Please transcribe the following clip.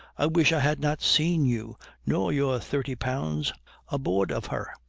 i wish i had not seen you nor your thirty pounds aboard of her.